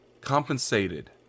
compensated